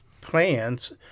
plans